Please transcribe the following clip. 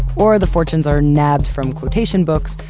or the fortunes are nabbed from quotation books,